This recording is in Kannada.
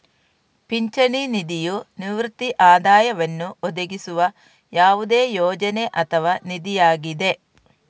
ಪಿಂಚಣಿ ನಿಧಿಯು ನಿವೃತ್ತಿ ಆದಾಯವನ್ನು ಒದಗಿಸುವ ಯಾವುದೇ ಯೋಜನೆ ಅಥವಾ ನಿಧಿಯಾಗಿದೆ